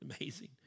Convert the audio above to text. Amazing